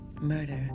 Murder